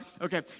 Okay